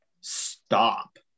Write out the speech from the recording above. stop